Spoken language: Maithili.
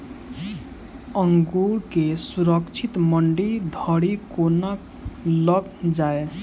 अंगूर केँ सुरक्षित मंडी धरि कोना लकऽ जाय?